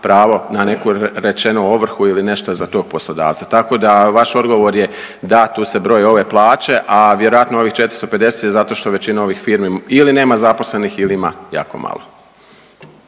pravo na neku rečeno ovrhu ili nešto za tog poslodavca. Tako da, vaš odgovor je, da, tu se broje ove plaće, a vjerojatno ovih 450 zato što većina ovih firmi ili nema zaposlenih ili ima jako malo.